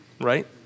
right